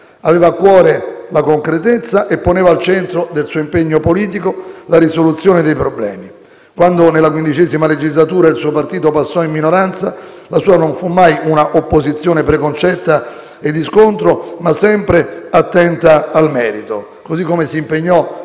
aveva a cuore la concretezza e poneva al centro del suo impegno politico la risoluzione dei problemi. Quando nella XV legislatura il suo partito passò in minoranza, la sua non fu mai un'opposizione preconcetta e di scontro, ma fu sempre attenta al merito, così come si impegnò